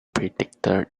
predicted